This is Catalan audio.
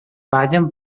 ballen